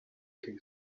quem